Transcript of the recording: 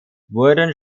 wurden